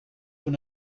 vous